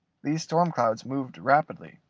these storm-clouds moved rapidly,